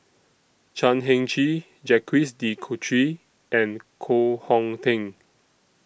Chan Heng Chee Jacques De Coutre and Koh Hong Teng